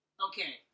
Okay